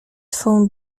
twą